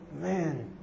man